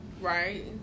Right